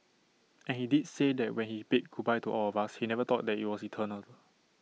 and he did say that when he bid goodbye to all of us he never thought that IT was eternal